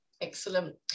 Excellent